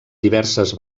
diverses